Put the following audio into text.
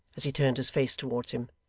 as he turned his face towards him.